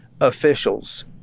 officials